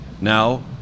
now